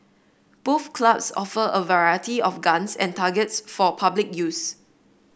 both clubs offer a variety of guns and targets for public use